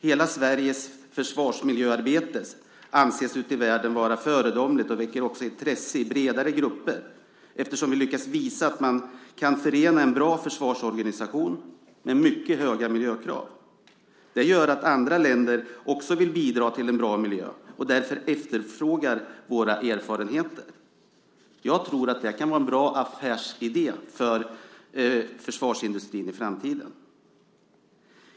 Hela Sveriges försvarsmiljöarbete anses ute i världen vara föredömligt och väcker också intresse i bredare grupper eftersom vi lyckas visa att man kan förena en bra försvarsorganisation med mycket höga miljökrav. Det gör att andra länder också vill bidra med en bra miljö och därför efterfrågar våra erfarenheter. Jag tror att det här kan vara en bra affärsidé för försvarsindustrin i framtiden.